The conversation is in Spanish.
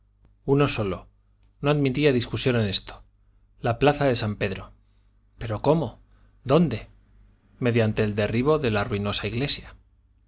uno solo no admitía discusión en esto la plaza de san pedro pero cómo dónde mediante el derribo de la ruinosa iglesia